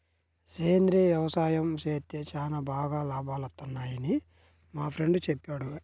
సేంద్రియ యవసాయం చేత్తే చానా బాగా లాభాలొత్తన్నయ్యని మా ఫ్రెండు చెప్పాడు